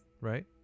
right